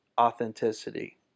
authenticity